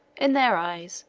in their eyes,